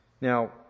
Now